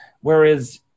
whereas